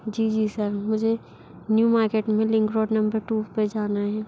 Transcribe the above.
जी जी सर मुझे new market में लिंक रोड नंबर टू पर जाना है